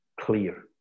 clear